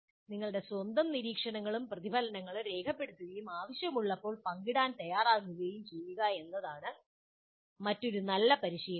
നിങ്ങളുടെ സ്വന്തം നിരീക്ഷണങ്ങളും പ്രതിഫലനങ്ങളും രേഖപ്പെടുത്തുകയും ആവശ്യമുള്ളപ്പോൾ പങ്കിടാൻ തയ്യാറാകുകയും ചെയ്യുക എന്നതാണ് മറ്റൊരു നല്ല പരിശീലനം